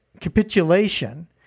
capitulation